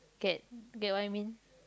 get get what I mean